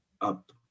up